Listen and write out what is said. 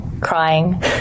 crying